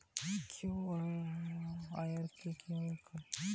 KYC কিভাবে করব?